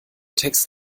text